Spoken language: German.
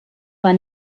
war